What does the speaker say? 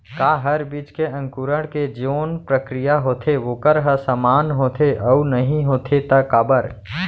का हर बीज के अंकुरण के जोन प्रक्रिया होथे वोकर ह समान होथे, अऊ नहीं होथे ता काबर?